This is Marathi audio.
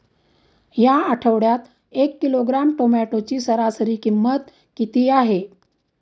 या आठवड्यात एक किलोग्रॅम टोमॅटोची सरासरी किंमत किती आहे?